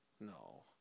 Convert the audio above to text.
No